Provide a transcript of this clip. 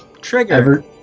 trigger